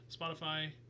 Spotify